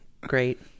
great